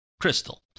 crystal